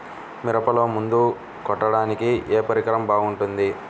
మిరపలో మందు కొట్టాడానికి ఏ పరికరం బాగుంటుంది?